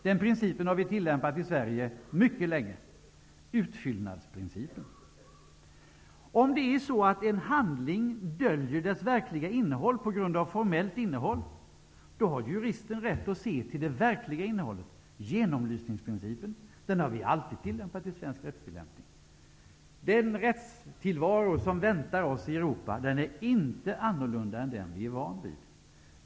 Den principen har vi tillämpat i Sverige mycket länge -- Om det är så att det verkliga innehållet i en handling döljs på grund av det formella innehållet, då har juristen rätt att se till det verkliga innehållet -- genomlysningsprincipen. Den har alltid gällt i svensk rättstillämpning. Den rättstillvaro som väntar oss i Europa är inte annorlunda än den vi är vana vid.